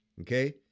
okay